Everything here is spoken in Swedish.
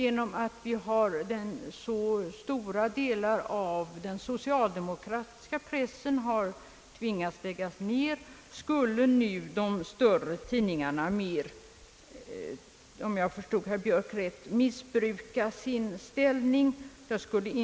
På grund av att så stora delar av den socialdemokratiska pressen tvingas till nedläggning skulle nu de större tidningarna — om jag förstått herr Björk rätt — missbruka sin ställning.